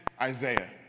Isaiah